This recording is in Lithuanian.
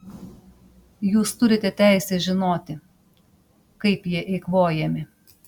jūs turite teisę žinoti kaip jie eikvojami